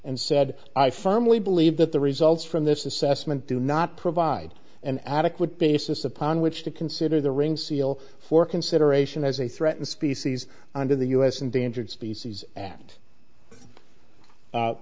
and said i firmly believe that the results from this assessment do not provide an adequate basis upon which to consider the ring seal for consideration as a threatened species under the us endangered species and